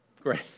great